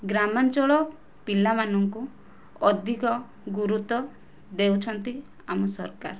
ଗ୍ରାମାଞ୍ଚଳ ପିଲାମାନଙ୍କୁ ଅଧିକ ଗୁରୁତ୍ୱ ଦେଉଛନ୍ତି ଆମ ସରକାର